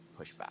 pushback